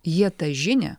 jie tą žinią